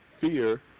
fear